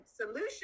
solution